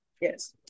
Yes